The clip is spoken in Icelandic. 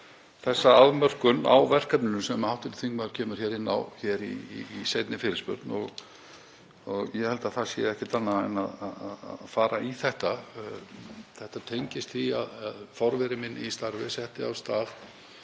og þá afmörkun á verkefnunum sem hv. þingmaður kemur hér inn á í seinni fyrirspurn. Ég held að það sé ekkert annað en að fara í þetta. Þetta tengist því að forveri minn í starfi setti af stað